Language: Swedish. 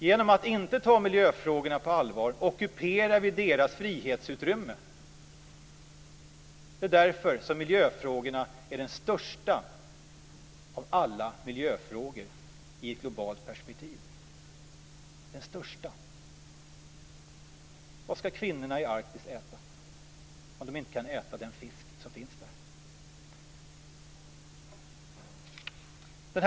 Genom att inte ta miljöfrågorna på allvar ockuperar vi deras frihetsutrymme. Det är därför som miljöfrågorna är de största av alla frågor i globalt perspektiv. De största! Vad ska kvinnorna i Arktis äta om de inte kan äta den fisk som finns där?